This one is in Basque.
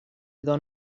edo